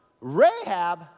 Rahab